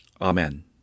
Amen